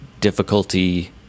difficulty